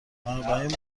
بنابراین